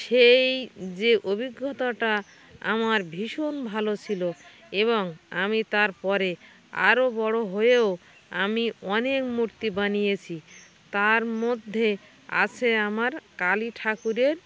সেই যে অভিজ্ঞতাটা আমার ভীষণ ভালো ছিলো এবং আমি তারপরে আরও বড়ো হয়েও আমি অনেক মূর্তি বানিয়েছি তার মধ্যে আসে আমরা কালী ঠাকুরের